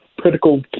critical